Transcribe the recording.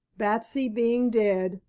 batsy being dead,